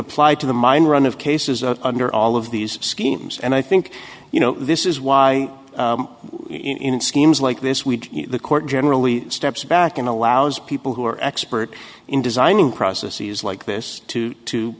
apply to the mine run of cases under all of these schemes and i think you know this is why in schemes like this we the court generally steps back and allows people who are expert in designing processes like this to